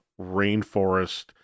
rainforest